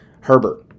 Herbert